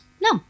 no